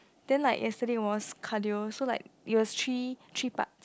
then like yesterday was cardio so like it was three three parts